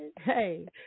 hey